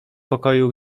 pokoju